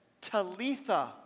Talitha